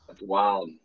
Wow